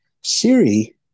Siri